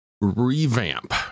revamp